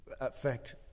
affect